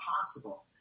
possible